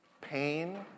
pain